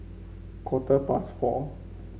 quarter past four